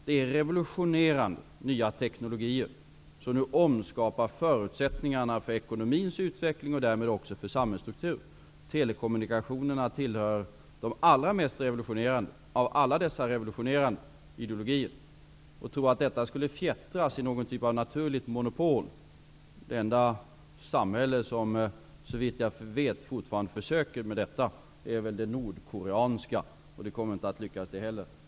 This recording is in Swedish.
Det är revolutionerande nya teknologier som nu omskapar förutsättningarna för ekonomins utveckling och därmed också för samhällsstrukturen. Telekommunikationerna tillhör de allra mest revolutionerande av alla dessa revolutionerande ideologier. Att tro att detta skulle fjättras i någon typ av naturligt monopol är fel. Det enda samhälle som såvitt jag vet fortfarande försöker med detta är väl det nordkoreanska, och det kommer inte att lyckas det heller.